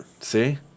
See